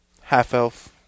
Half-elf